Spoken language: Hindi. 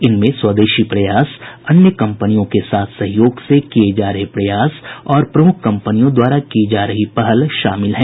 इनमें स्वदेशी प्रयास अन्य कंपनियों के साथ सहयोग से किये जा रहे प्रयास और प्रमुख कंपनियों द्वारा की जा रही पहल शामिल हैं